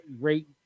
great